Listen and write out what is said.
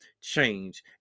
change